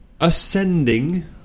ascending